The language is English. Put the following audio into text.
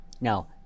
Now